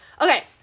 okay